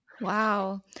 Wow